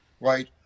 right